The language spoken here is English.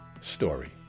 Story